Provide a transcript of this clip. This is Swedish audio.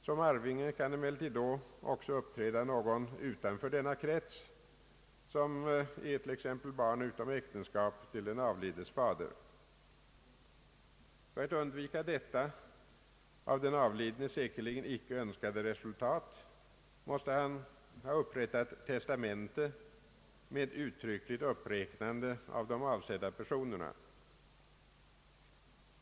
Som arvinge kan emellertid då även uppträda någon utanför denna krets som är t.ex. barn utom äktenskap till den avlidnes fader. För att undvika detta, av den avlidne säkerligen inte önskade resultat, måste han ha upprättat testamente med uttryckligt uppräknande av de avsedda personerna.